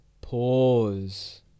pause